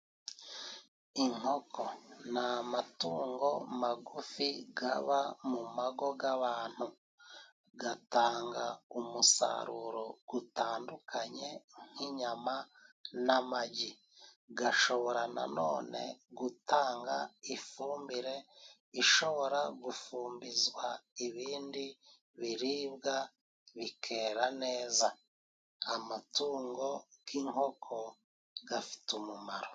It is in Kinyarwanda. Inkoko ni amatungo magufi, gaba mu mago g'abantu, gatanga umusaruro utandukanye nk'inyama n'amagi, gashobora nanone gutanga ifumbire ishobora gufumbizwa ibindi biribwa bikera neza. Amatungo g'inkoko gafite umumaro.